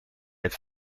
het